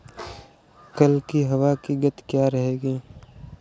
कल की हवा की गति क्या रहेगी?